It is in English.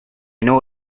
know